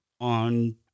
on